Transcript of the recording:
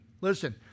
Listen